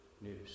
news